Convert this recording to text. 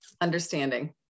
understanding